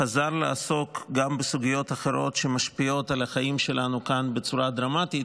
חזר לעסוק גם בסוגיות אחרות שמשפיעות על החיים שלנו כאן בצורה דרמטית.